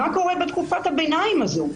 מה קורה בתקופת הביניים הזאת?